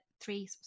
three